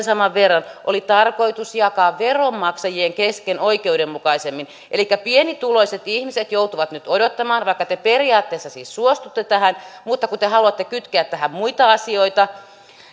saman verran oli tarkoitus jakaa veronmaksajien kesken oikeudenmukaisemmin elikkä pienituloiset ihmiset joutuvat nyt odottamaan vaikka te periaatteessa siis suostutte tähän mutta kun te haluatte kytkeä tähän muita asioita